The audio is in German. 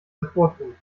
hervortun